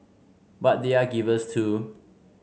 but they are givers too